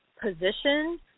position